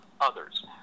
others